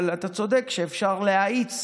אבל אתה צודק שאפשר להאיץ